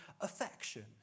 affection